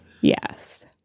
Yes